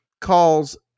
calls